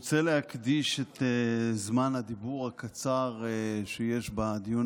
אני רוצה להקדיש את זמן הדיבור הקצר שיש בדיון